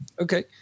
Okay